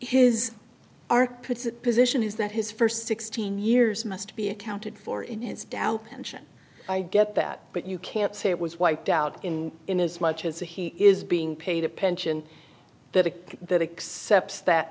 his ark puts it position is that his first sixteen years must be accounted for in his doubt pension i get that but you can't say it was wiped out in in as much as he is being paid a pension that that accepts that